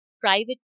private